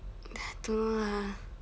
I don't know lah